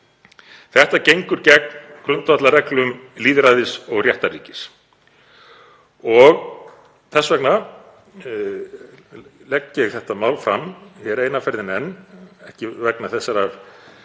þetta gengur gegn grundvallarreglum lýðræðis- og réttarríkis. Þess vegna legg ég þetta mál fram eina ferðina enn, ekki vegna þessarar